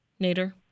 Nader